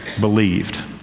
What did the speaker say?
believed